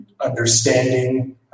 understanding